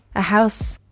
a house,